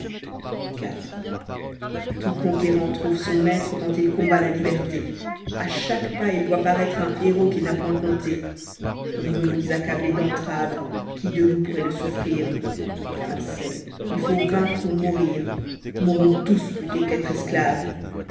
iv tout conquérant trouve son maître quand il combat la liberté a chaque pas il voit paraître un héros qu'il n'a point compte on veut nous accabler d'entraves qui de nous pourrait le souffrir français il faut vaincre ou mourir r mourons tous plutôt qu'être esclaves